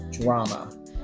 drama